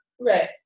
Right